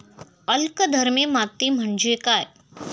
अल्कधर्मी माती म्हणजे काय?